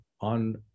on